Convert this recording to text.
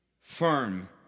firm